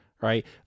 right